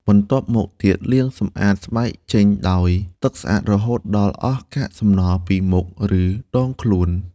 បន្ទាប់មកទៀត លាងសម្អាតស្បែកចេញដោយទឹកស្អាតរហូតដល់អស់កាកសំណល់ពីមុខ ឬដងខ្លួន។